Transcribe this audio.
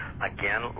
Again